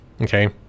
Okay